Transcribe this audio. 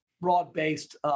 broad-based